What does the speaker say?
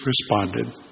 responded